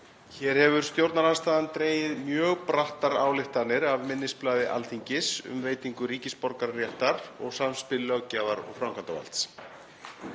Hér hefur stjórnarandstaðan dregið mjög brattar ályktanir af minnisblaði Alþingis um veitingu ríkisborgararéttar og samspil löggjafar- og framkvæmdarvalds.